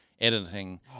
editing